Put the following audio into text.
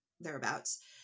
thereabouts